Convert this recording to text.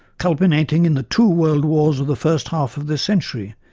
culminating in the two world wars of the first half of this century,